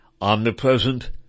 omnipresent